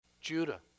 Judah